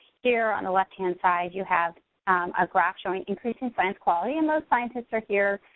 here on the left-hand side, you have a graph showing increasing science quality. and most scientists are here.